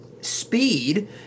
speed